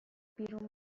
بیرون